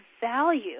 value